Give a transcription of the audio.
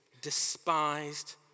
despised